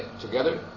together